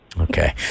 Okay